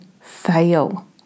fail